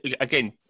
again